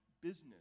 business